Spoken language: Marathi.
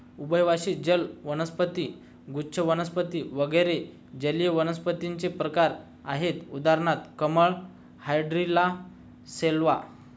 उभयवासी जल वनस्पती, गुच्छ वनस्पती वगैरे जलीय वनस्पतींचे प्रकार आहेत उदाहरणार्थ कमळ, हायड्रीला, शैवाल